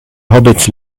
hobbits